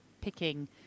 picking